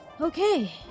Okay